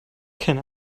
keine